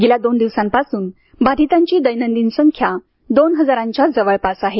गेल्या दोन दिवसांपासून बाधितांची दैनंदिन संख्या दोन हजारांच्या जवळपास आहे